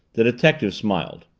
the detective smiled.